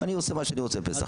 אני עושה מה שאני רוצה בפסח.